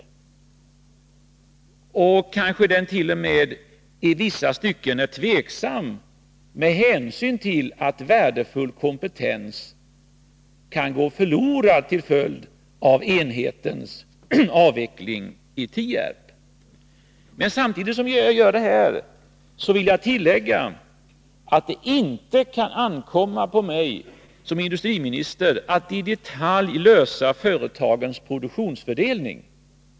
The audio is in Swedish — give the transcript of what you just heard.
Kanske den t.o.m. i vissa stycken är tveksam med hänsyn till att värdefull kompetens kan gå förlorad till följd av avvecklingen av enheten i Tierp. Men när jag gör detta uttalande vill jag tillägga att det inte kan ankomma på mig som industriminister att i detalj lösa problemen med företagens produktionsfördelning.